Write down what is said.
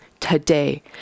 Today